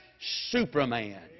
superman